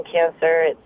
cancer